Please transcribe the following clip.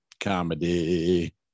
comedy